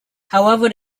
however